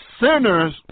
sinners